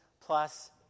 plus